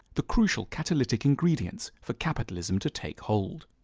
the crucial catalytic ingredients for capitalism to take hold.